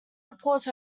reports